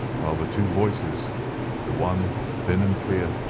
while the two voicesaeur the one thin and clear,